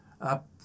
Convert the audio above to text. up